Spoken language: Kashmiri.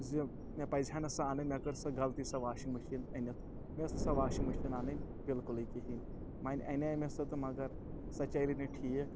زِ مےٚ پَزِ ہا نہٕ سۄ اَنٕنۍ مےٚ کٔر سۄ غلطی سۄ واشِنٛگ مِشیٖن أنِتھ مےٚ ٲسۍ نہٕ سۄ واشِنٛگ مِشیٖن اَنٕنۍ بلکُلٕے کِہینۍ وۄنۍ اَنے مےٚ سۄ تہٕ مگر سۄ چَلے نہٕ ٹھیٖک